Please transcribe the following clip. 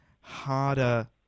harder